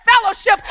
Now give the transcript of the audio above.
fellowship